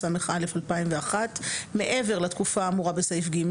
תשס"א-2001 ,מעבר לתקופה האמורה בסעיף (ג),